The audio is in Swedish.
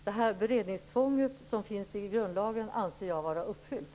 Det beredningstvång som finns i grundlagen anser jag vara uppfyllt.